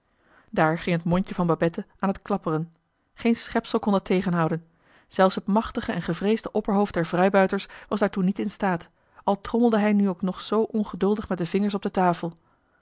daar ging het mondje van babette aan het klapjoh h been paddeltje de scheepsjongen van michiel de ruijter peren geen schepsel kon dat tegenhouden zelfs het machtige en gevreesde opperhoofd der vrijbuiters was daartoe niet in staat al trommelde hij nu ook nog zoo ongeduldig met de vingers op de tafel